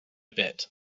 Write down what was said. bit